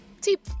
tip